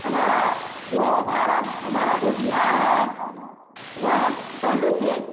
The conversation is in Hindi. हमारा जो है भारत हमारा जो बिहार है वह पहले से